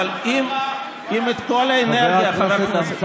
אבל אם את כל האנרגיה, חבר הכנסת אמסלם,